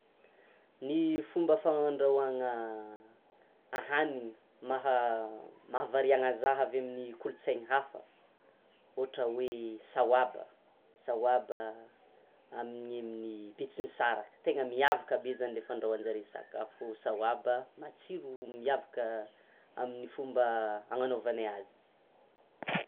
Ny fomba fandrahoana ahanina mavariana za avy amin'ny kolontsaina hafa ohatra hoe: saoaba saoaba amin'iny betsimisaraka, tegna miavaka be zany le fandrahoanjare sakafo saoaba matsiro miavaka amin'ny fomba hagnanaovany azy.